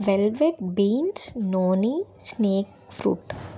velvet beans boney snake fruit